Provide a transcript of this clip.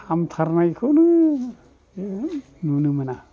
हामथारनायखौनो नुनो मोना